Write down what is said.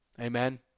amen